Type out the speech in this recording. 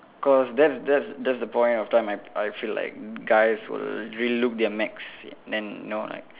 cause that's that's that's the point of time I I feel like guys will really look their max then you know like